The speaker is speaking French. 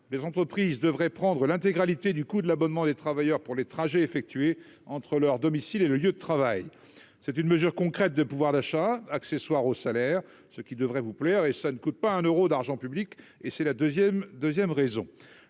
les entreprises devraient prendre l'intégralité du coût de l'abonnement des travailleurs pour les trajets effectués entre leur domicile et le lieu de travail, c'est une mesure concrète de pouvoir d'achat accessoires au salaire, ce qui devrait vous plaire et ça ne coûte pas un Euro d'argent public et c'est la deuxième 2ème raison,